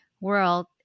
World